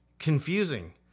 confusing